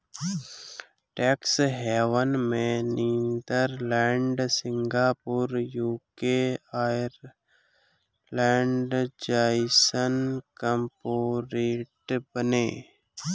tax haven में Netherlands, Singapore, UK, Ireland जइसन corporate बाने